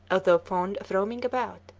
although fond of roaming about,